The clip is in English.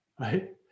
right